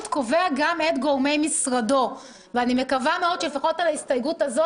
אני מקווה מאוד שלפחות על הסתייגות הזאת